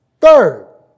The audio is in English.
Third